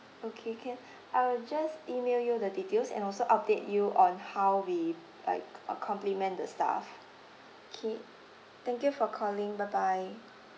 okay can I will just email you the details and also update you on how we like uh compliment the staff K thank you for calling bye bye